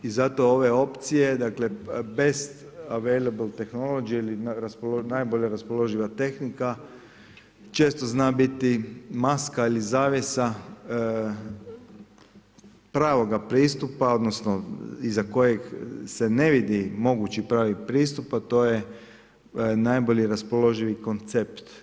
I zato ove opcije dakle bez avelibel tehnologi ili najbolje raspoloživa tehnika često zna biti maska ili zavjesa pravoga pristupa odnosno iza kojeg se ne vidi mogući pravi pristup, a to je najbolji raspoloživi koncept.